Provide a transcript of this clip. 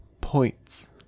points